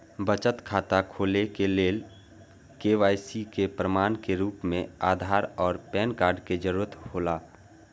बचत खाता खोले के लेल के.वाइ.सी के प्रमाण के रूप में आधार और पैन कार्ड के जरूरत हौला